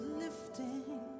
lifting